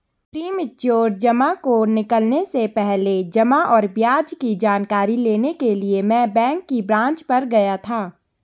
premature जमा को निकलने से पहले जमा और ब्याज की जानकारी लेने के लिए मैं बैंक की ब्रांच पर गया था